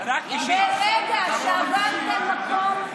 ברגע שעברתם מקום,